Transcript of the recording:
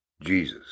Jesus